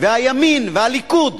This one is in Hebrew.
והימין, והליכוד,